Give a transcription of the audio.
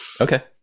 Okay